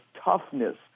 toughness